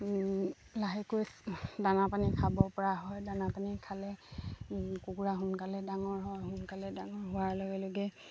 লাহেকৈ দানা পানী খাব পৰা হয় দানা পানী খালে কুকুৰা সোনকালেই ডাঙৰ হয় সোনকালে ডাঙৰ হোৱাৰ লগে লগে